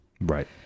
Right